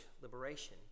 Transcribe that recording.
liberation